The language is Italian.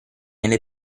nelle